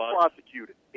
prosecuted